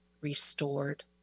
restored